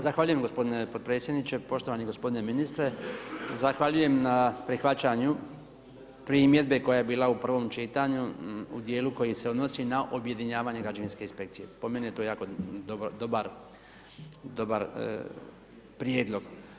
Zahvaljujem gospodine podpredsjedniče, poštovani gospodine ministre, zahvaljujem na prihvaćanju primjedbe koja je bila u prvom čitanju u dijelu koji se odnosi na objedinjavanje građevinske inspekcije, po meni je to jako dobar prijedlog.